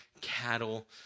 cattle